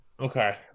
Okay